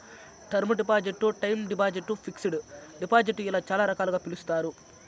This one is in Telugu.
term deposit time deposit fixed deposit ఇలా చాలా రకాలుగా పిలుస్తారు